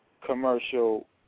commercial